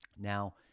now